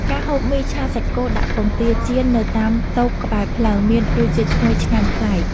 ការហូបមីឆាសាច់គោដាក់ពងទាចៀននៅតាមតូបក្បែរផ្លូវ មានរសជាតិឈ្ងុយឆ្ងាញ់ប្លែក។